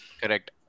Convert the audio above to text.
Correct